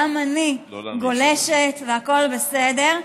גם אני גולשת, והכול בסדר.